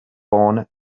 bone